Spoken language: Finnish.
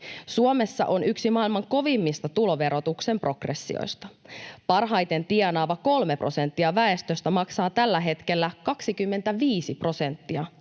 Suomessa on yksi maailman kovimmista tuloverotuksen progressioista. Parhaiten tienaava 3 prosenttia väestöstä maksaa tällä hetkellä 25 prosenttia